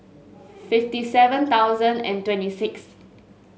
fifty seven thousand and twenty six